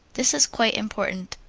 this is quite important,